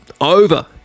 over